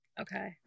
Okay